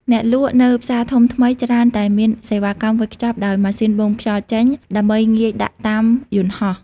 អ្នកលក់នៅផ្សារធំថ្មីច្រើនតែមានសេវាកម្មវេចខ្ចប់ដោយម៉ាស៊ីនបូមខ្យល់ចេញ ដើម្បីងាយដាក់តាមយន្តហោះ។